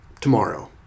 tomorrow